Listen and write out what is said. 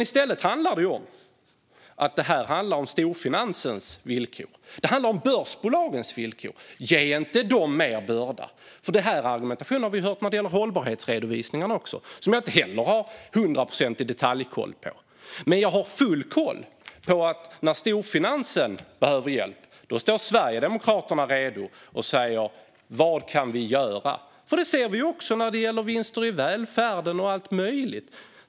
I stället handlar det om storfinansens villkor. Det handlar om börsbolagens villkor. Ge inte dem mer börda. Den argumentationen har vi hört när det gäller hållbarhetsredovisningarna, som jag inte heller har hundraprocentig detaljkoll på. Men jag har full koll på att när storfinansen behöver hjälp står Sverigedemokraterna redo och frågar vad de kan göra. Det ser vi också när det gäller vinster i välfärden och så vidare.